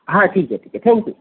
हा ठीक आहे ठीक आहे थँक्यू